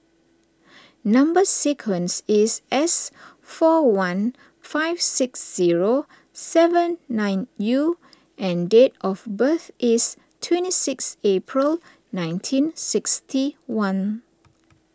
Number Sequence is S four one five six zero seven nine U and date of birth is twenty six April nineteen sixty one